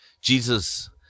Jesus